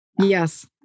Yes